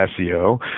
SEO